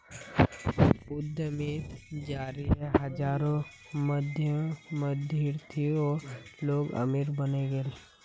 उद्यमिता जरिए हजारों मध्यमवर्गीय लोग अमीर बने गेले